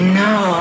no